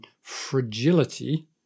fragility